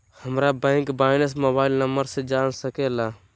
हमारा bank balance mobile number से जान सके ला?